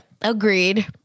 Agreed